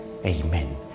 Amen